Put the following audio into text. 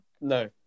No